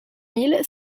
mille